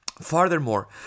Furthermore